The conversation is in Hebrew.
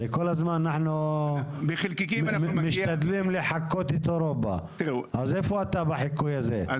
הרי כל הזמן אנחנו משתדלים לחקות את אירופה אז איפה אתה בחיקוי הזה?